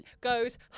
goes